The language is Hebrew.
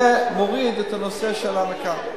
זה מוריד את נושא ההנקה,